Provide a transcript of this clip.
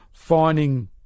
finding